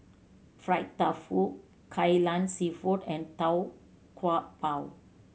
fried tofu Kai Lan Seafood and Tau Kwa Pau